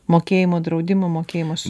mokėjimo draudimo mokėjimus